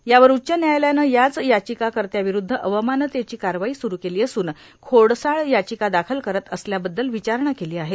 यावर उच्च न्यायालयाने याच याचिकाकत्र्या विरूद्व अवमानतेची कारवाई सुरू केली असून खोडसाळ याचिका दाखल करत असल्याबद्दल विचारणा केली आहे